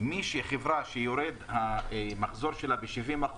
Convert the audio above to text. חברה שהמחזור שלה יורד ב-70%,